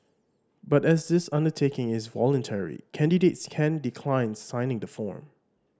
but as this undertaking is voluntary candidates can decline signing the form